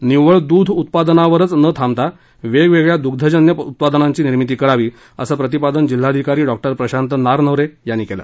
निव्वळ दूध उत्पादनावरच न थांबता वेगवेगळ्या दुग्धजन्य उत्पादनांची निर्मिती करावी असं प्रतिपादन जिल्हाधिकारी डॉ प्रशांत नारनवरे यांनी केलं